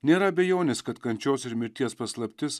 nėra abejonės kad kančios ir mirties paslaptis